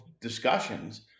discussions